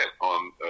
on